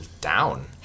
down